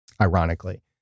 ironically